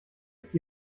ist